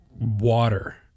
water